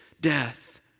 death